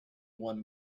one